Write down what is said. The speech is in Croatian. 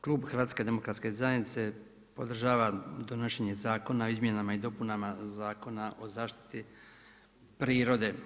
Klub HDZ-a podržava donošenje Zakona o izmjenama i dopunama Zakona o zaštiti prirode.